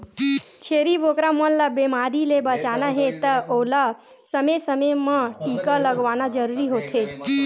छेरी बोकरा मन ल बेमारी ले बचाना हे त ओला समे समे म टीका लगवाना जरूरी होथे